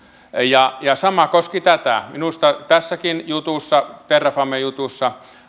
ja ja sama koski tätä minusta tässäkin terrafame jutussa